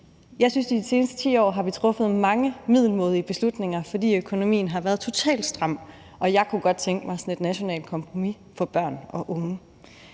Jeg synes, at vi i de seneste 10 år har truffet mange middelmådige beslutninger, fordi økonomien har været totalt stram, og jeg kunne godt tænke mig sådan et nationalt kompromis for børn og unge.